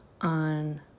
on